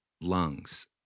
lungs